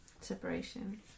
Separation